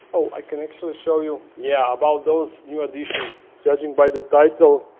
oh, i can actually show you yeah about those new editions judging by the title.